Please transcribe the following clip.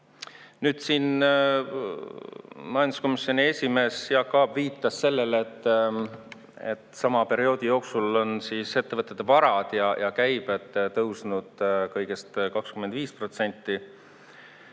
Nüüd siin majanduskomisjoni esimees Jaak Aab viitas sellele, et sama perioodi jooksul on ettevõtete varad ja käibed tõusnud kõigest 25%.